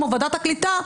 כמו ועדת הקליטה,